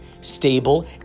stable